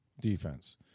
defense